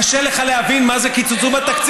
קשה לך להבין מה זה קיצצו בתקציב?